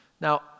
Now